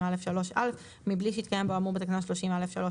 30(א)(3)(א) מבלי שהתקיים בו האמור בתקנה 30(א)(3)(א1)